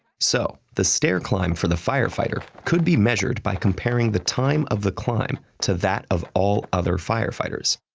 so the stair climb for the firefighter could be measured by comparing the time of the climb to that of all other firefighters.